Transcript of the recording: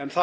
en